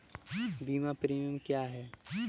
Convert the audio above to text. बीमा प्रीमियम क्या है?